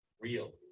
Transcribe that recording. Real